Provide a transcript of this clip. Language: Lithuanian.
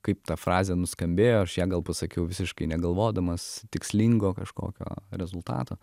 kaip ta frazė nuskambėjo aš ją gal pasakiau visiškai negalvodamas tikslingo kažkokio rezultato